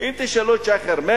אם תשאלו את שי חרמש,